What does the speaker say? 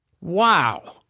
Wow